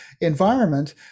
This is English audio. environment